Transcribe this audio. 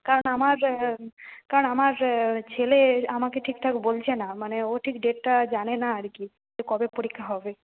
কারণ আমার কারণ আমার ছেলে আমাকে ঠিক ঠাক বলছে না মানে ও ঠিক ডেটটা জানে না আর কি যে কবে পরীক্ষা হবে